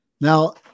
Now